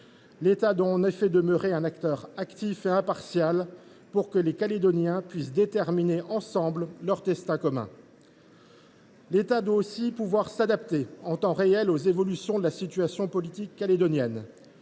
L’État doit, en effet, demeurer un acteur actif et impartial pour que les Calédoniens puissent déterminer ensemble leur destin commun. L’État doit aussi pouvoir s’adapter en temps réel aux évolutions de la situation politique calédonienne.